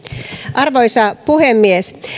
arvoisa puhemies